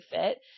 fit